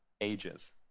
ages